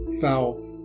foul